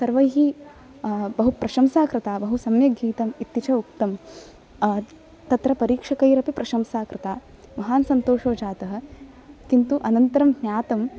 सर्वैः बहु प्रशंसा कृता बहु सम्यक् गीतम् इति च उक्तं तत्र परीक्षकैरपि प्रशंसा कृत्वा महान् सन्तोषो जातः किन्तु अनन्तरं ज्ञातम्